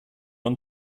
want